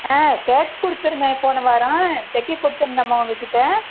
ஆ shirt கொடுத்துருந்தேன் போன வாரம் தைக்க கொடுத்துருந்தேம்மா உங்கள் கிட்டே